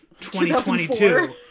2022